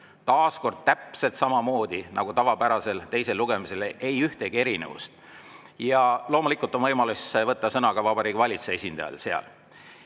Taas kord, täpselt samamoodi nagu tavapärasel teisel lugemisel, ei ühtegi erinevust. Ja loomulikult on võimalus võtta sõna ka Vabariigi Valitsuse esindajal.